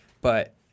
But-